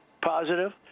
positive